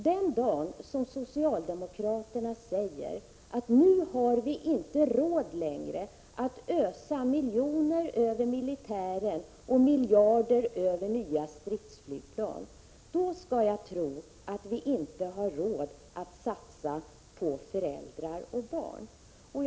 Den dag som socialdemokraterna säger att nu har vi inte längre råd att ösa miljoner över militären och miljarder på nya stridsflygplan, då skall jag tro att vi inte har råd att satsa på föräldrar och barn.